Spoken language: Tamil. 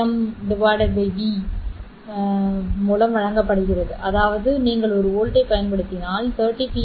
எம் வி மூலம் வழங்கப்படுகிறது அதாவது நீங்கள் ஒரு வோல்ட்டைப் பயன்படுத்தினால் 30 பி